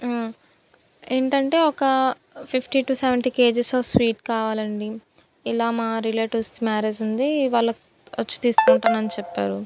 ఏంటంటే ఒక fifty to seventy kgs of sweet కావాలి అండి ఇలా మా రిలేటివ్స్ మ్యారేజ్ ఉంది వాళ్ళకి వచ్చి తీసుకుంటానని చెప్పారు